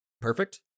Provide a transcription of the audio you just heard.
perfect